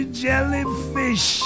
jellyfish